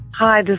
Hi